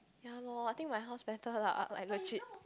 ya lor I think my house better lah like legit